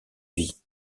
vie